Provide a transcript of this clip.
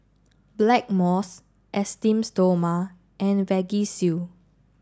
Blackmores Esteem Stoma and Vagisil